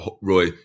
Roy